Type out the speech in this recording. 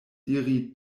diri